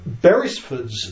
Beresford's